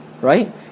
Right